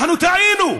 אנחנו טעינו.